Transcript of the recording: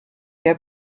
der